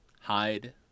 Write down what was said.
hide